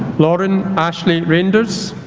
lauren ashley reinders